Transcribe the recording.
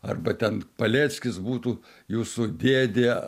arba ten paleckis būtų jūsų dėdė